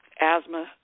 asthma